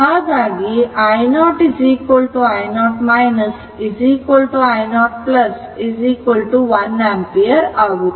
ಹಾಗಾಗಿ i0 i0 i0 1 ampere ಆಗುತ್ತದೆ